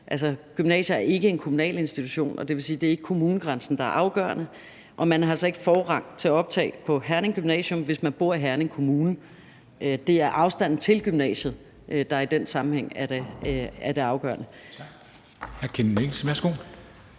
Altså, gymnasier er ikke en kommunal institution, og det vil sige, at det ikke er kommunegrænsen, der er afgørende. Og man har altså ikke forrang til optag på Herning Gymnasium, hvis man bor i Herning Kommune. Det er afstanden til gymnasiet, der i den sammenhæng er det afgørende.